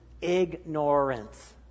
ignorance